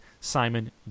Simon